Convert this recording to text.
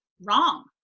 wrong